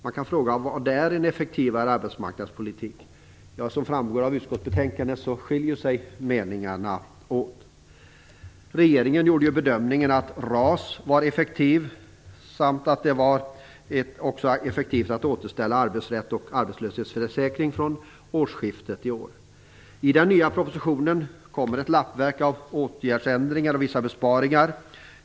Man kan fråga: Vad är en effektivare arbetsmarknadspolitik? Som framgår av utskottsbetänkandet skiljer sig meningarna åt. Regeringen gjorde bedömningen att RAS var effektivt samt att det var effektivt att återställa arbetsrätt och arbetslöshetsförsäkring från årsskiftet i år. I den nya propositionen kommer ett lappverk av åtgärdsändringar och vissa besparingar.